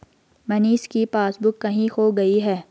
मनीष की पासबुक कहीं खो गई है